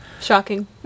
Shocking